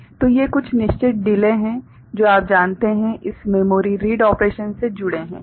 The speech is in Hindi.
तो ये कुछ निश्चित डिले हैं जो आप जानते हैं इस मेमोरी रीड ऑपरेशन से जुड़े है